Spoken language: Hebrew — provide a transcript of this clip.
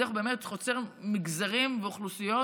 זה באמת חוצה מגזרים ואוכלוסיות,